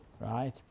right